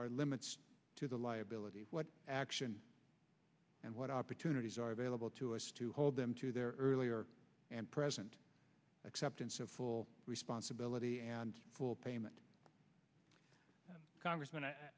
are limits to the liability what action and what opportunities are available to us to hold them to their earlier and present acceptance of full responsibility and full payment congressman